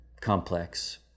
complex